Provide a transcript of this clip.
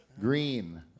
green